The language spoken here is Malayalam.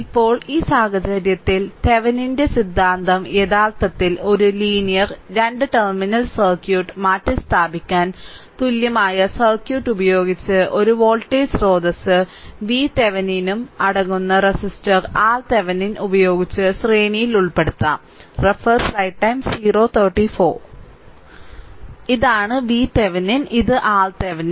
ഇപ്പോൾ ഈ സാഹചര്യത്തിൽ തെവേനിന്റെ സിദ്ധാന്തം യഥാർത്ഥത്തിൽ ഒരു ലീനിയർ 2 ടെർമിനൽ സർക്യൂട്ട് മാറ്റിസ്ഥാപിക്കാൻ തുല്യമായ സർക്യൂട്ട് ഉപയോഗിച്ച് ഒരു വോൾട്ടേജ് സ്രോതസ്സ് VThevenin അടങ്ങുന്ന റെസിസ്റ്റർ RThevenin ഉപയോഗിച്ച് ശ്രേണിയിൽ ഉൾപ്പെടുത്താം ഇതാണ് VThevenin ഇത് RThevenin